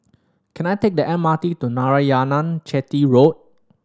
can I take the M R T to Narayanan Chetty Road